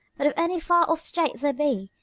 but if any far-off state there be,